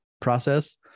process